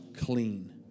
clean